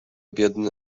biedny